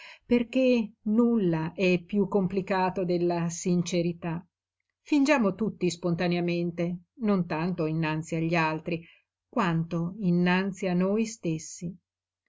perché nulla è piú complicato della sincerità fingiamo tutti spontaneamente non tanto innanzi agli altri quanto innanzi a noi stessi